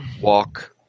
walk